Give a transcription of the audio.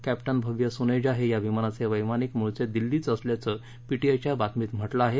captain Bhavya Suneja हे या विमानाचे वैमानिक मूळचे दिल्लीचे असल्याचं पीटीआयच्या बातमीत म्हटलं आहे